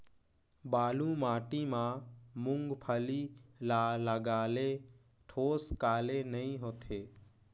बालू माटी मा मुंगफली ला लगाले ठोस काले नइ होथे?